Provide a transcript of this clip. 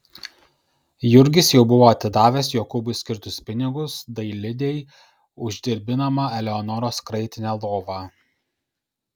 jurgis jau buvo atidavęs jokūbui skirtus pinigus dailidei už dirbinamą eleonoros kraitinę lovą